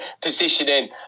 Positioning